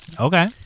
Okay